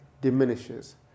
diminishes